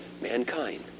mankind